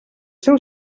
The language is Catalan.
seu